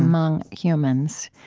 among humans,